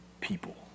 people